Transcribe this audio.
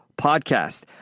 podcast